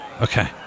Okay